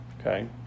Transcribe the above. Okay